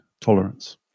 tolerance